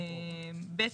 ב.